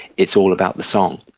it's all about the song.